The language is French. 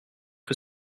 que